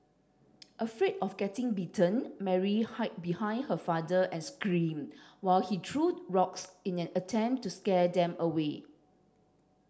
afraid of getting bitten Mary hid behind her father and scream while he threw rocks in an attempt to scare them away